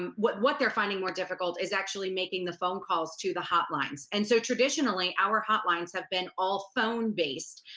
um what what they're finding more difficult is actually making the phone calls to the hotlines. and so traditionally, our hotlines have been all phone-based.